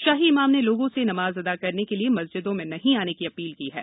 शाही इमाम न ल गों स नमाज़ अदा करन क लिए मस्जिदों में नहीं न की अपील की हा